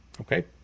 Okay